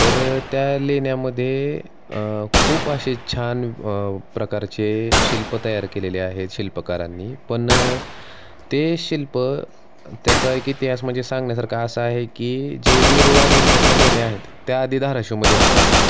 तरं त्या लेण्यामध्ये खूप असे छान प्रकारचे शिल्प तयार केलेले आहेत शिल्पकारांनी पण ते शिल्प त्याचा इतिहास म्हणजे सांगण्यासारखा असा आहे की जे वेरूळ अजिंठाच्या लेण्या आहेत त्या आधी धाराशिवमध्ये होणार होत्या